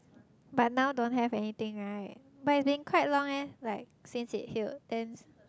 but now don't have anything right but it has been quite long leh like since it healed